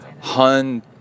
Hun